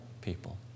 people